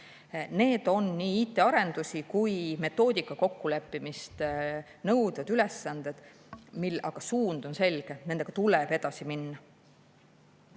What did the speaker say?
Need on nii IT‑arendusi kui ka metoodika kokkuleppimist nõudvad ülesanded, aga suund on selge: nendega tuleb edasi minna.